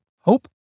hope